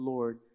Lord